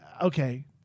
Okay